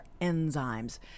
enzymes